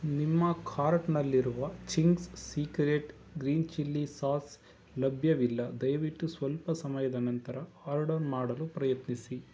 ನಿಮ್ಮ ಕಾರ್ಟ್ನಲ್ಲಿರುವ Ching's secret green chilli sauce ಲಭ್ಯವಿಲ್ಲ ದಯವಿಟ್ಟು ಸ್ವಲ್ಪ ಸಮಯದ ನಂತರ ಆರ್ಡರ್ ಮಾಡಲು ಪ್ರಯತ್ನಿಸಿ